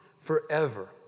forever